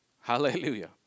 Hallelujah